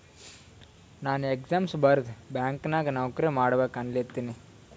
ನಾನು ಎಕ್ಸಾಮ್ ಬರ್ದು ಬ್ಯಾಂಕ್ ನಾಗ್ ನೌಕರಿ ಮಾಡ್ಬೇಕ ಅನ್ಲತಿನ